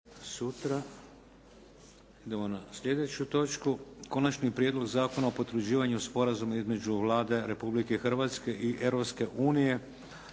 Idemo na sljedeću točku 2. Prijedlog zakona o potvrđivanju Sporazuma između Republike Hrvatske i Europske unije